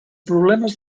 problemes